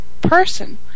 person